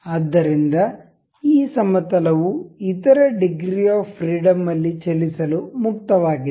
ಆದ್ದರಿಂದ ಈ ಸಮತಲ ವು ಇತರ ಡಿಗ್ರಿ ಆಫ್ ಫ್ರೀಡಂ ಅಲ್ಲಿ ಚಲಿಸಲು ಮುಕ್ತವಾಗಿದೆ